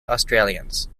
australians